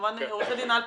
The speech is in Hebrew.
וכמובן עו"ד הלפרין,